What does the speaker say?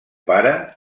pare